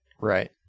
Right